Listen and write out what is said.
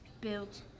built